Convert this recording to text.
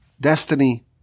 destiny